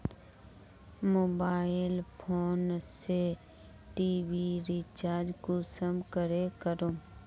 Mobile phone से TV recharge कुंसम करे करूम?